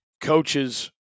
coaches